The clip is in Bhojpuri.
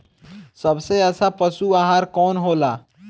सबसे अच्छा पशु आहार कवन हो ला?